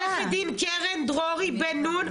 משרד המשפטים, עורכת דין קרן דהרי בן נון.